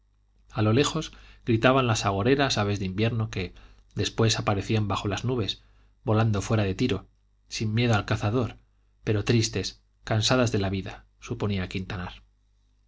a lo lejos gritaban las agoreras aves de invierno que después aparecían bajo las nubes volando fuera de tiro sin miedo al cazador pero tristes cansadas de la vida suponía quintanar